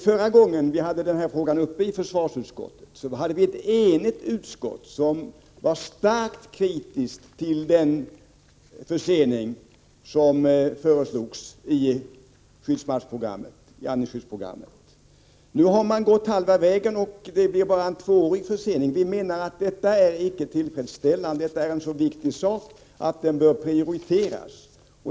Förra gången denna fråga var uppe till behandling i försvarsutskottet, var ett enigt utskott starkt kritiskt mot den försening som föreslogs i andningsskyddsprogrammet. Nu har man gått halva vägen, och det blir bara en tvåårig försening. Detta är inte tillfredsställande. Det gäller en så viktig sak att den bör prioriteras.